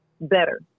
better